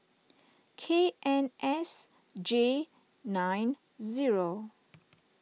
K N S J nine zero